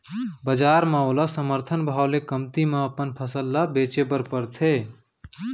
बजार म ओला समरथन भाव ले कमती म अपन फसल ल बेचे बर परथे